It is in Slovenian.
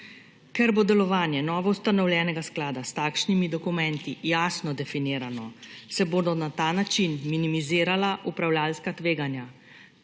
Ker bo delovanje novoustanovljenega sklada s takšnimi dokumenti jasno definirano, se bodo na ta način minimizirala upravljavska tveganja,